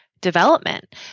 development